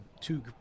two